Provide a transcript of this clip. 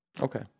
Okay